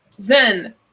Zen